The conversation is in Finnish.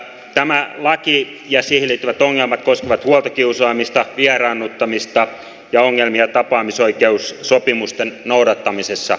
tämä laki ja siihen liittyvät ongelmat koskevat huoltokiusaamista vieraannuttamista ja ongelmia tapaamisoikeussopimusten noudattamisessa